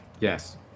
Yes